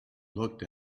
looked